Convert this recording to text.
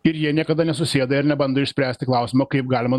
ir jie niekada nesusėda ir nebando išspręsti klausimo kaip galima